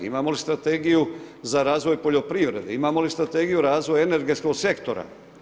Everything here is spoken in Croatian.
Imamo li strategiju za razvoj poljoprivrede, imamo li Strategiju razvoja energetskog sektora?